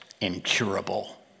incurable